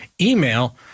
email